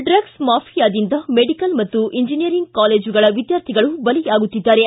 drug ಮಾಫಿಯಾದಿಂದ medical ಮತ್ತು engineer college ಗಳವಿದ್ದಾರ್ಥಿಗಳು ಬಲಿ ಆಗುತ್ತಿದ್ದಾರೆ